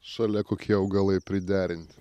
šalia kokie augalai priderinti